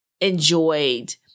enjoyed